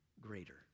greater